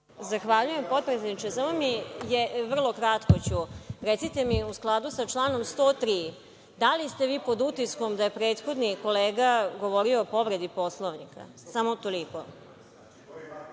Zahvaljujem, potpredsedniče. Vrlo kratko ću. Recite mi, u skladu sa članom 103, da li ste vi pod utiskom da je prethodni kolega govorio o povredi Poslovnika? Samo toliko.